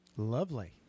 lovely